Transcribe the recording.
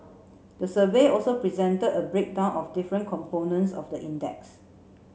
the survey also presented a breakdown of different components of the index